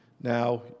now